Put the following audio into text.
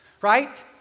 right